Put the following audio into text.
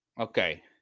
Okay